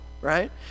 right